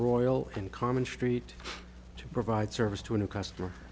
royal and common street to provide service to a new customer